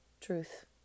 truth